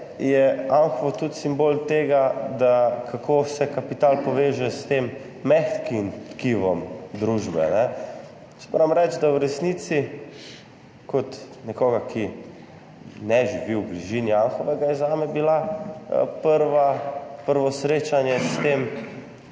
je Anhovo tudi simbol tega, kako se kapital poveže s tem mehkim tkivom družbe. Moram reči, da je bilo v resnici zame kot za nekoga, ki ne živi v bližini Anhovega, prvo srečanje s to